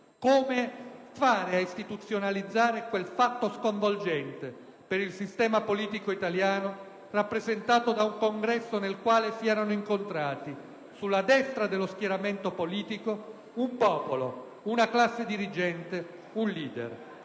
come fare ad istituzionalizzare quel fatto sconvolgente per il sistema politico italiano rappresentato da un congresso nel quale si erano incontrati sulla destra dello schieramento politico un popolo, una classe dirigente ed un *leader*.